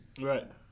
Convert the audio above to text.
Right